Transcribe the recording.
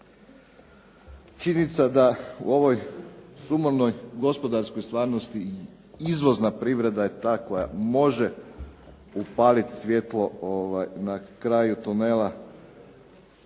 Činjenica da u ovoj sumornoj gospodarskoj stvarnosti, izvozna privreda je ta koja može upaliti svjetlo na kraju tunela,